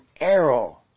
arrow